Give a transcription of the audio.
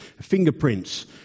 fingerprints